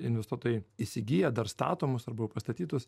investuotojai įsigyja dar statomus arba jau pastatytus